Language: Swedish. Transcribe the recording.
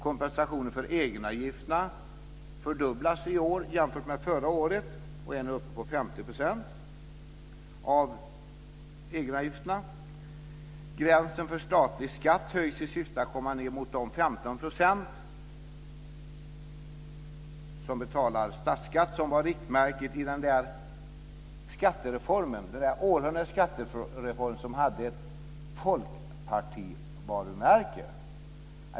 Kompensationen för egenavgifterna fördubblas i år jämfört med förra året och är nu uppe i 50 % av egenavgifterna. Gränsen för statlig skatt höjs i syfte att komma ned mot de 15 % som betalar statsskatt, vilket var riktmärket i skattereformen, århundradets skattereform som hade ett folkpartivarumärke.